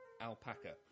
alpaca